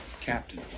Captain